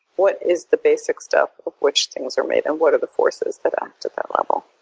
what is the basic stuff of which things are made? and what are the forces that act at that level?